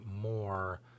more